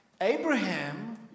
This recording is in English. Abraham